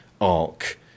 arc